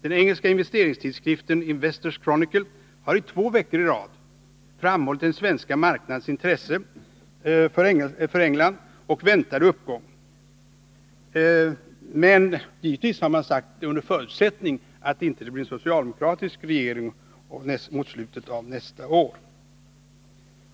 Den engelska investeringstidskriften Investors” Chronicle har två veckor i rad framhållit den svenska marknadens intressen för England och väntade uppgång — åtminstone för den händelse inte socialdemokraterna skulle återkomma i regeringsställning.